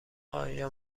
آیا